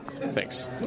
Thanks